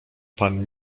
pan